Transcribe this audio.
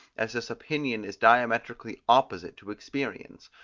as this opinion is diametrically opposite to experience,